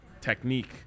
technique